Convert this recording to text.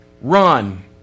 Run